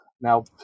Now